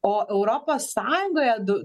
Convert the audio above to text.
o europos sąjungoje du